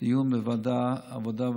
דיון המשך בוועדת העבודה,